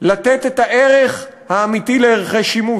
לתת את הערך האמיתי לערכי שימוש.